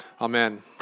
amen